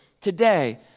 today